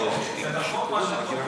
זה נכון מה שאתה אומר.